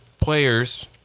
players